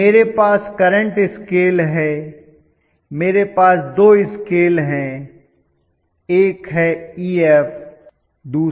यह मेरे पास करंट स्केल है मेरे पास दो स्केल हैं एक है Ef दूसरा Ia है